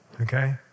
okay